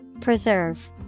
Preserve